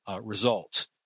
result